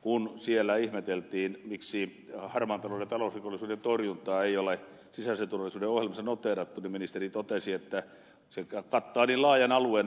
kun siellä ihmeteltiin miksi harmaan talouden ja talousrikollisuuden torjuntaa ei ole sisäisen turvallisuuden ohjelmassa noteerattu niin ministeri totesi että se kattaa niin laajan alueen että on ollut pakko karsia